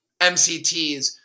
MCTs